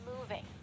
moving